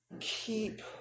Keep